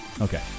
Okay